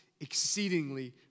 exceedingly